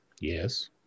Yes